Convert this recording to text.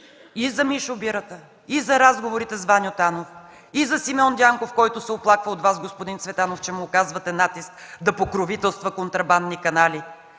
и за Мишо бирата, и за разговори с Ваньо Танов, и за Симеон Дянков, който се оплаква от Вас, господин Цветанов, че му оказвате натиск да покровителства контрабандни канали,